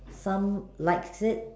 some likes it